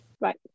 Right